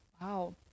wow